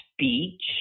speech